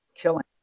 killing